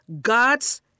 God's